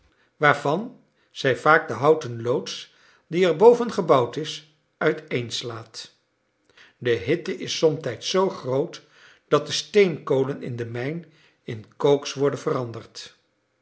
waarvan zij vaak de houten loods die er boven gebouwd is uiteenslaat de hitte is somtijds zoo groot dat de steenkolen in de mijn in cokes worden veranderd